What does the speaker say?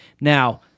now